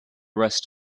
rest